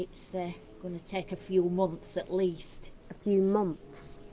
it's ah going to take a few months at least. a few months?